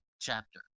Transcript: chapter